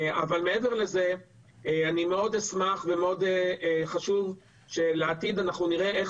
אבל מעבר לזה אני מאוד אשמח ומאוד חשוב שלעתיד אנחנו נראה איך